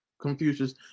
Confucius